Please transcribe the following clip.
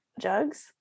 jugs